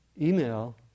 email